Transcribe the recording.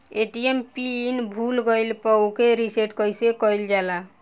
ATM PIN भूल गईल पर ओके रीसेट कइसे कइल जाला?